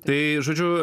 tai žodžiu